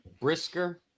Brisker